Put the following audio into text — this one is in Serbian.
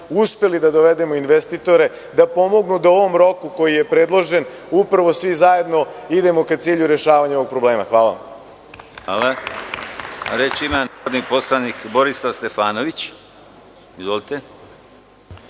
uspeli da dovedemo investitore da pomognu da u ovom roku, koji je predložen, upravo svi zajedno idemo ka cilju rešavanja ovog problema. Hvala. **Konstantin Arsenović** Hvala. Reč ima narodni poslanik Borislav Stefanović. Izvolite.